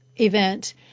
event